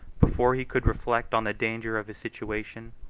before he could reflect on the danger of his situation,